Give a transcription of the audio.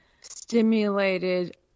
stimulated